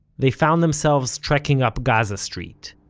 they found themselves trekking up gaza street,